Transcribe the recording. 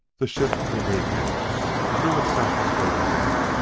the ship beneath him threw itself straight ahead,